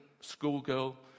schoolgirl